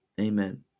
Amen